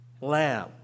lamb